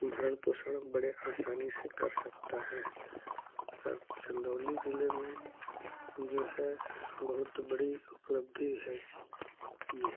भरण पोषण बड़ी आसानी से कर सकता है सर चंदौली ज़िले में जो है बहुत बड़ी उपलब्धि है यह